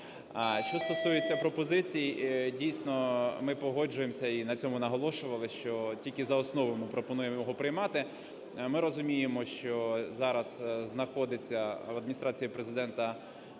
Що стосується пропозицій, дійсно, ми погоджуємося і на цьому наголошували, що тільки за основу ми пропонуємо його приймати. Ми розуміємо, що зараз знаходиться в Адміністрації Президента